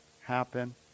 happen